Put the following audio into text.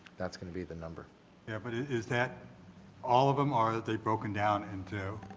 that's going to be the number. yeah. but is that all of them are they're broken down into